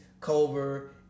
Culver